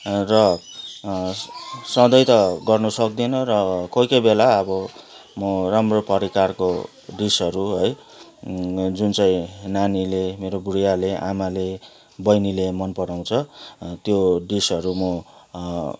र सँधै त गर्न सक्दिनँ र कोही कोही बेला अब म राम्रो प्रकारको डिसहरू है जुन चाहिँ नानीले मेरो बुडियाले आमाले बहिनीले मन पराउँछ त्यो डिसहरू म